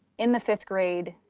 in the fifth grade,